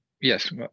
yes